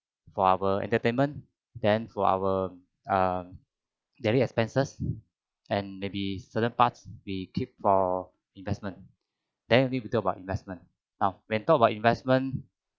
for our entertainment then to our um daily expenses and maybe certain parts we keep for investment then maybe we talk about investment now when talk about investment